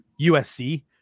USC